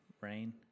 rain